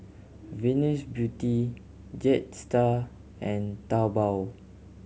Venus Beauty Jetstar and Taobao